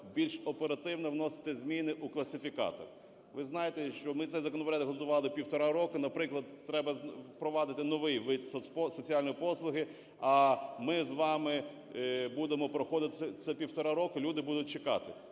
більш оперативно вносити зміни у класифікатор. Ви знаєте, що ми цей законопроект готували півтора роки. Наприклад, треба впровадити новий вид соціальної послуги, а ми з вами будемо проходити це півтора роки, люди будуть чекати.